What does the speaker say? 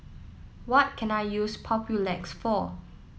what can I use Papulex for